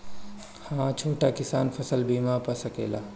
हा छोटा किसान फसल बीमा पा सकेला?